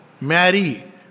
marry